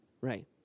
Right